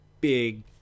big